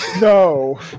No